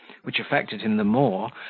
which affected him the more,